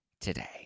today